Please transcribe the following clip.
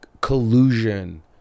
collusion